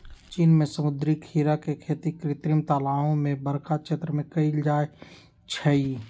चीन में समुद्री खीरा के खेती कृत्रिम तालाओ में बरका क्षेत्र में कएल जाइ छइ